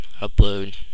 upload